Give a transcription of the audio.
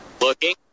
Looking